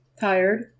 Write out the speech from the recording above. tired